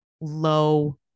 low